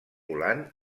volant